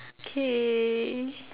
okay